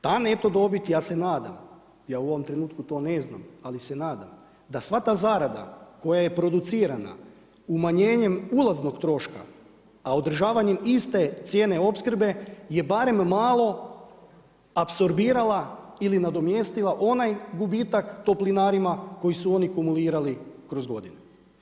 Ta neto dobit ja se nadam, ja u ovom trenutku to ne znam, ali se nadam da sva ta zarada koja je producirana umanjenjem ulaznog troška, a održavanjem iste cijene opskrbe je barem malo apsorbirala ili nadomjestila ona gubitak toplinarima koji su oni kumulirali kroz godinu.